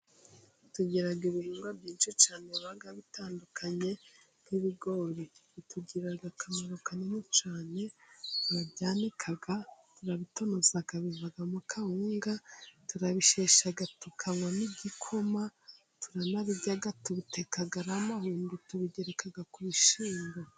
Tugira ibihingwa byinshi cyane yabaga bitandukanye nk'ibigori, bitugirira akamaro kanini cyane, turabyanika, turabitonoza, bivamo Kawunga, turabishesha tukanywamo igikoma, turanabirya, tubiteka ari amahundo, tukabigereka ku bishyimbo.